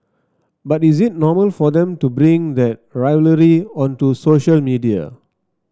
but is it normal for them to bring that rivalry onto social media